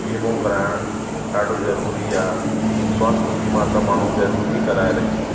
बीमो कराइण ॾाढो ज़रूरी आहे स्वास्थ्य बीमा त माण्हू ज़रूरु ई कराए रखे